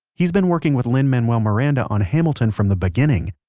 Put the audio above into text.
he's been working with lin-manuel miranda on hamilton from the beginning,